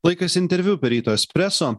laikas interviu ryto espreso